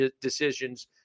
decisions